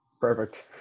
Perfect